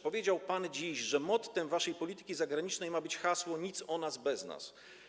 Powiedział pan dziś, że mottem waszej polityki zagranicznej ma być hasło: nic o nas bez nas.